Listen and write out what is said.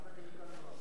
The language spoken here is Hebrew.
יואיל להצביע,